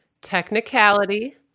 Technicality